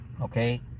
Okay